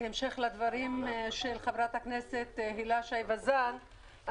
בהמשך לדברים של חברת הכנסת הילה שי וזאן,